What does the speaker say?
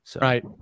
Right